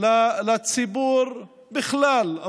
לציבור בכלל,